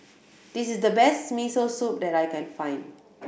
this is the best Miso Soup that I can find